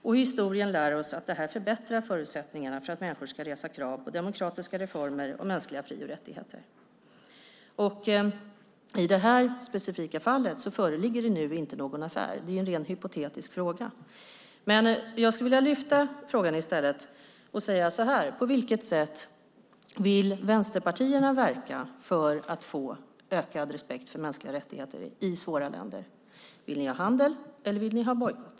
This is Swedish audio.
Och historien lär oss att det här förbättrar förutsättningarna för att människor ska resa krav på demokratiska reformer och mänskliga fri och rättigheter. I det här specifika fallet föreligger det nu inte någon affär. Det är ju en rent hypotetisk fråga. Jag vill ställa frågan: På vilket sätt vill vänsterpartierna verka för ökad respekt för mänskliga rättigheter i svåra länder? Vill ni ha handel eller vill ni ha bojkott?